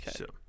Okay